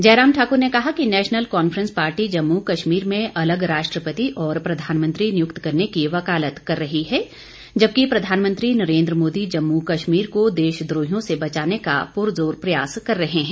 जयराम ठाकुर ने कहा कि National Conference party Jammu Kashmir में अलग राष्ट्रपति और प्रधानमंत्री नियुक्त करने की वकालत कर रही है जबकि प्रधानमंत्री नरेंद्र मोदी जम्मू कश्मीर को देशद्रोहियों से बचाने का पुरजोर प्रयास कर रहे हैं